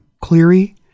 Cleary